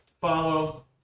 follow